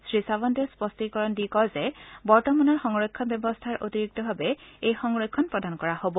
শ্ৰীচাৱন্তে স্পষ্টিকৰণ দি কয় যে বৰ্তমানৰ সংৰক্ষণ ব্যৱস্থাৰ অতিৰিক্ত ভাৱে এই সংৰক্ষণ প্ৰদান কৰা হব